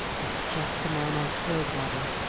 it's just a man i killed, mother,